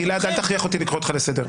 אבל, גלעד, אל תכריח אותי לקרוא אותך לסדר,